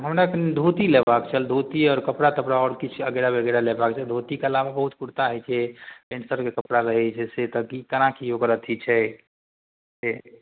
हमरा तनि धोती लेबाक छल धोती आओर कपड़ा तपड़ा आओर किछु अगैरह वगैरह लेबाक छल धोतीके अलावा बहुत कुरता होइ छै पैन्ट शर्टके कपड़ा लगै छै से तऽ कि कोना कि ओकर अथी छै से